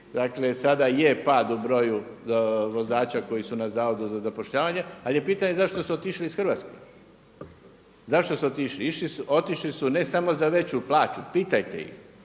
dakle sada je pad u broju vozača koji su na Zavodu za zapošljavanje, ali je pitanje zašto su otišli iz Hrvatske. Zašto su otišli? Otišli su ne samo za veću plaću, pitajte ih,